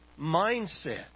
mindset